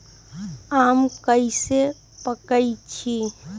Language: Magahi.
आम कईसे पकईछी?